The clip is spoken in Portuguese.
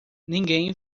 ninguém